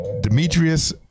Demetrius